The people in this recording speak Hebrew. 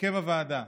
הרכב הוועדה